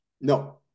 no